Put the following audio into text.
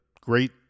great